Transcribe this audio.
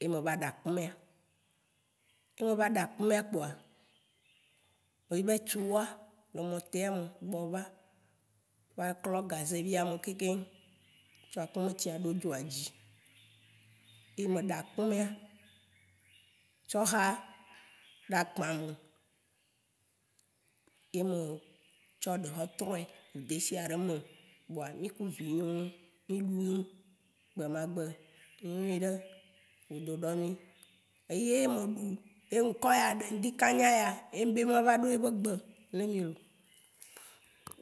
ye me va ɖa akumɛa, ye me va ɖa kumɛa kpoa, Me yi va tsu wɔa le mɔteame gbɔva. Va klɔ gazevia me kekeŋ. Tsɔ akumɛtsia ɖo dzoa dzi, yi me ɖa kumɛa, tsɔ ha ɖa agbame ye metsɔ ɖe hetrɔɛ ku desia ɖe eme kpoa, miku vinyewo miɖu gbemagbe nyuiɖe podo ɖɔmi. e ye me ɖu ye n'kɔnye ɖe n'dikagna ya, ye ŋ'be mava ɖo yebe gbe nami lo.